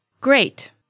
great